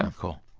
um cool.